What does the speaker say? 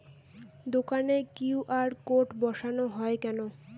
দোকানে Q R code বসানো হয় কেন?